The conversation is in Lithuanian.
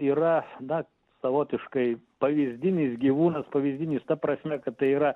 yra na savotiškai pavyzdinis gyvūnas pavyzdinis ta prasme kad tai yra